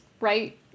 right